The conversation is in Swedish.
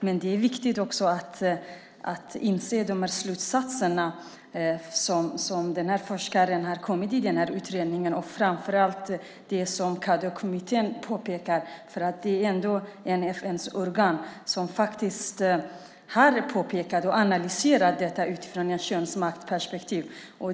Men det är viktigt också att se de slutsatser som forskaren i utredningen har kommit fram till och framför allt det som Cedawkommittén påpekar, för det är ändå ett FN-organ som har analyserat detta utifrån ett könsmaktsperspektiv.